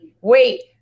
Wait